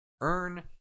Earn